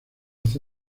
hace